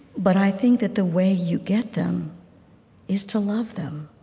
but i think that the way you get them is to love them,